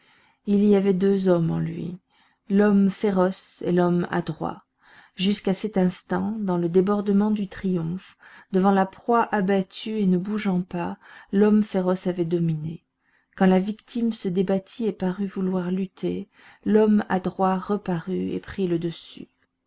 il y avait deux hommes en lui l'homme féroce et l'homme adroit jusqu'à cet instant dans le débordement du triomphe devant la proie abattue et ne bougeant pas l'homme féroce avait dominé quand la victime se débattit et parut vouloir lutter l'homme adroit reparut et prit le dessus